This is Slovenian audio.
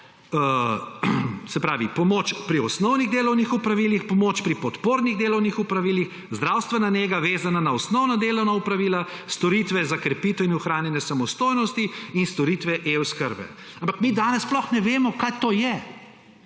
se pravi, pomoč pri osnovnih delovnih opravilih, pomoč pri podpornih delovnih opravilih, zdravstvena nega, vezana na osnovna delovna opravila, storitve za krepitev in ohranjanje samostojnosti in storitve e-oskrbe. Ampak mi danes sploh ne vemo, kaj to je.